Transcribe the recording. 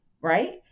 Right